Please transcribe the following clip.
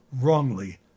wrongly